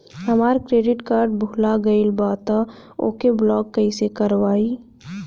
हमार credit card भुला गएल बा त ओके ब्लॉक कइसे करवाई?